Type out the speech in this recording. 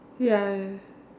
ya